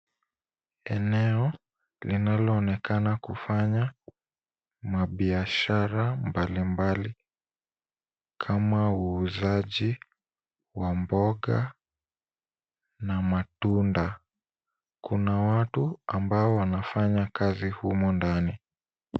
Eneo linaloonekana kufanya mabiashara mbalimbali kama uuzaji wa mboga na matunda. Kuna watu ambao wanafanya kazi humu ndani.